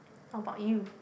what about you